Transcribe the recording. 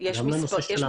גם לנושא של הרעש התחבורתי.